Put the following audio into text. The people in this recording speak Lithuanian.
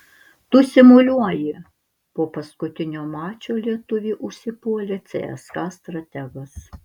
tu simuliuoji po paskutinio mačo lietuvį užsipuolė cska strategas